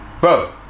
Bro